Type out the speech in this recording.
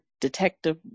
detective